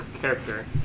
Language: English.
character